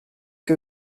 que